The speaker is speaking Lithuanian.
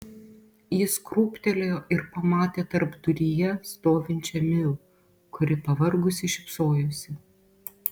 jis krūptelėjo ir pamatė tarpduryje stovinčią miu kuri pavargusi šypsojosi